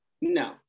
No